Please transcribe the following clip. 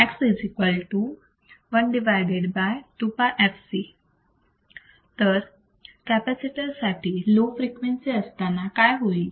X 1 तर capacitor साठी low frequency असताना काय होईल